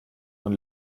von